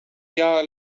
jag